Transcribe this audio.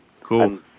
Cool